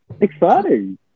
exciting